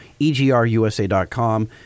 EGRUSA.com